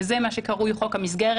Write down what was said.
וזה מה שקרוי חוק המסגרת,